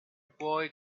boy